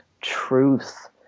truth